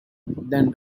than